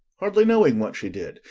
hardly knowing what she did,